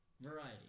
Variety